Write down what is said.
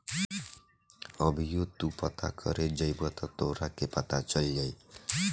अभीओ तू पता करे जइब त तोहरा के पता चल जाई